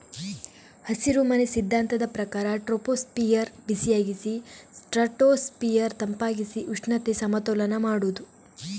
ಹಸಿರುಮನೆ ಸಿದ್ಧಾಂತದ ಪ್ರಕಾರ ಟ್ರೋಪೋಸ್ಫಿಯರ್ ಬಿಸಿಯಾಗಿಸಿ ಸ್ಟ್ರಾಟೋಸ್ಫಿಯರ್ ತಂಪಾಗಿಸಿ ಉಷ್ಣತೆ ಸಮತೋಲನ ಮಾಡುದು